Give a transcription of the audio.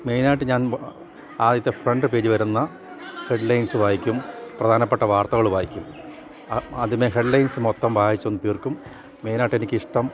മെയിനായിട്ട് ഞാൻ ആദ്യത്തെ ഫ്രണ്ട് പേജ് വരുന്ന ഹെഡ്ലൈൻസ് വായിക്കും പ്രധാനപ്പെട്ട വാർത്തകൾ വായിക്കും ആദ്യമേ ഹെഡ്ലൈൻസ് മൊത്തം വായിച്ചൊന്ന് തീർക്കും മെയിനായിട്ട് എനിക്ക് ഇഷ്ടം